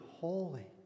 holy